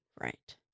Right